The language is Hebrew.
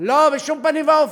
לא, לא, בשום פנים ואופן.